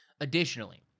Additionally